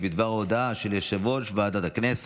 חוק ומשפט לוועדה המשותפת של ועדת החוקה,